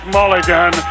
Mulligan